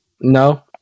No